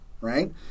right